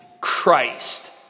Christ